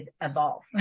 Evolve